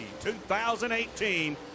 2018